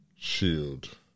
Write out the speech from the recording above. Shield